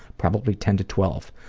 probably ten to twelve.